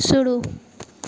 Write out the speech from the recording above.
शुरू